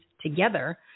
together